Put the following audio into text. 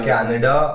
Canada